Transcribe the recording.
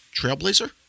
trailblazer